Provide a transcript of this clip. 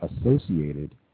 associated